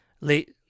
late